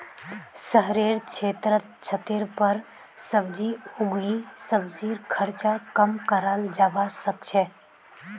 शहरेर क्षेत्रत छतेर पर सब्जी उगई सब्जीर खर्च कम कराल जबा सके छै